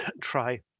try